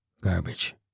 Garbage